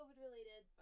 COVID-related